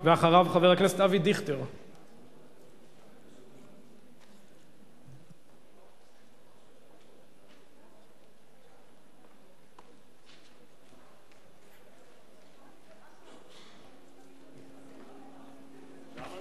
ואחריו, חבר